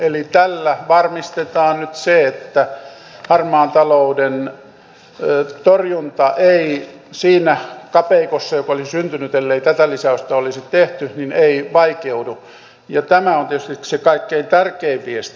eli tällä varmistetaan nyt se että harmaan talouden torjunta ei siinä kapeikossa joka olisi syntynyt ellei tätä lisäystä olisi tehty vaikeudu ja tämä on tietysti se kaikkein tärkein viesti